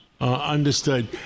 Understood